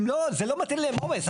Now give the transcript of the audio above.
זה לא מטיל עליהם עומס.